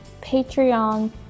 Patreon